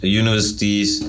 universities